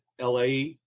LA